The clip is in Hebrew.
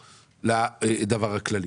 לבין הדבר הכללי.